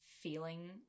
feeling